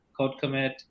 CodeCommit